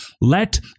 Let